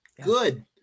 good